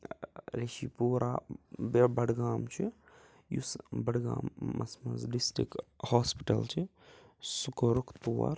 ٲں ریشی پوٗرہ بَڈگام چھُ یُس بَڈگامَس منٛز ڈِسٹِرٛکٹ ہاسپِٹَل چھُ سُہ کوٚرُکھ پور